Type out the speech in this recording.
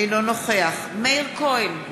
אינו נוכח מאיר כהן,